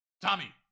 Tommy